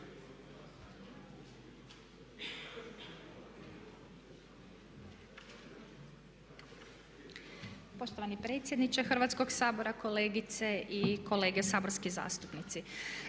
poštovani predsjedniče Hrvatskog sabora, kolegice i kolege, poštovani